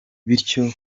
bityo